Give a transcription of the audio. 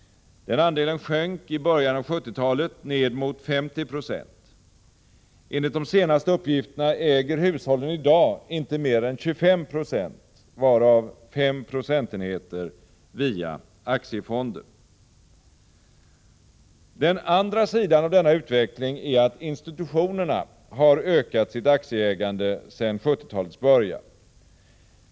Den andelen sjönk i början av 1970-talet ned mot 50 96. Enligt de senaste uppgifterna äger hushållen i dag inte mer än 25 96, varav 5 procentenheter via aktiefonder. Den andra sidan av denna utveckling är att institutionerna har ökat sitt aktieägande sedan 1970-talets början.